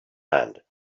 hand